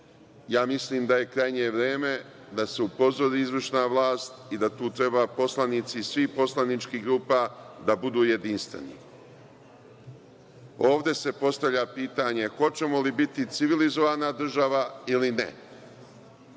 ja mislim da je krajnje vreme da se upozori izvršna vlast i da tu treba poslanici svih poslaničkih grupa da budu jedinstveni. Ovde se postavlja pitanje hoćemo li biti civilizovana država ili ne.